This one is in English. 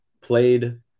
played